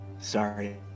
sorry